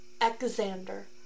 Alexander